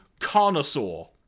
Carnosaur